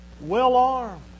well-armed